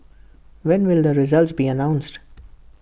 when will the results be announced